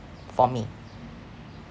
for me